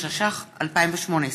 התשע"ח 2018,